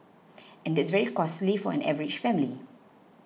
and that's very costly for an average family